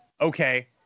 okay